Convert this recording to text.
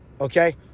Okay